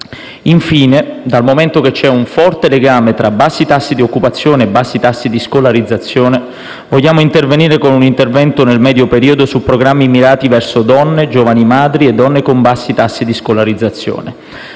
Infine, dal momento che c'è un forte legame tra bassi tassi di occupazione e bassi tassi di scolarizzazione, vogliamo intervenire nel medio periodo su programmi mirati verso donne, giovani madri e donne con bassi tassi di scolarizzazione.